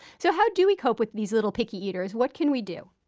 so how do we cope with these little picky eaters? what can we do?